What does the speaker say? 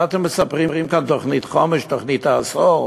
מה אתם מספרים כאן על תוכנית חומש, תוכנית העשור,